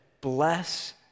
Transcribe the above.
bless